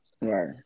Right